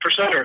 percenters